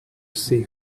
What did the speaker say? see